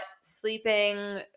sleeping